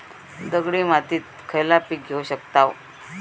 दगडी मातीत खयला पीक घेव शकताव?